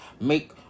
make